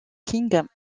king